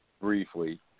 briefly